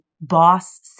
boss